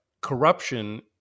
corruption